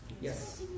Yes